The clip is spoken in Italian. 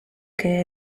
che